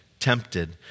tempted